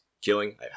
killing